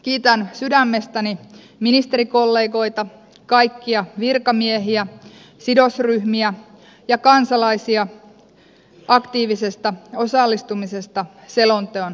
kiitän sydämestäni ministerikollegoita kaikkia virkamiehiä sidosryhmiä ja kansalaisia aktiivisesta osallistumisesta selonteon valmisteluun